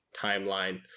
timeline